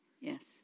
Yes